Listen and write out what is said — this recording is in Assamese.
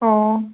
অঁ